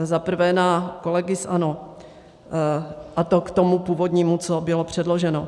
Za prvé na kolegy z ANO, a to k tomu původnímu, co bylo předloženo.